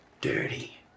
dirty